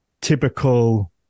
typical